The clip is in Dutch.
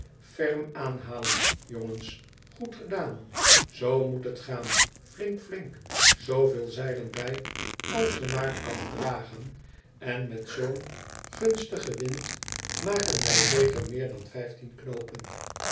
ferm aanhalen jongens goed gedaan zoo moet het gaan flink flink zooveel zeilen bij als ze maar kan dragen en met zoo'n gunstigen wind maken wij zeker meer dan vijftien knoopen